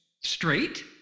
Straight